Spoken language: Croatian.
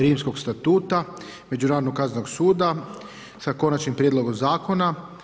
Rimskog statuta Međunarodnog kaznenog suda, sa konačnim prijedloga zakona.